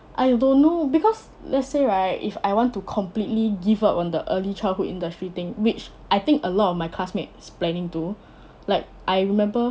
I don't know because let's say right if I want to completely give up on the early childhood industry thing which I think a lot of my classmates planning to like I remember